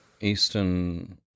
Eastern